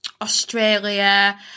Australia